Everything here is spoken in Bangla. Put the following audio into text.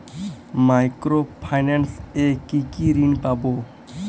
মাইক্রো ফাইন্যান্স এ কি কি ঋণ পাবো?